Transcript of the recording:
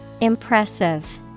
Impressive